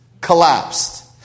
collapsed